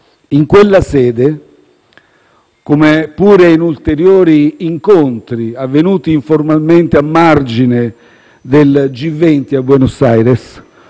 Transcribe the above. In quella sede - come pure in ulteriori incontri avvenuti informalmente a margine del G20 a Buenos Aires